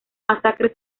masacre